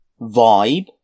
vibe